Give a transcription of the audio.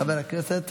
חבר הכנסת